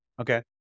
Okay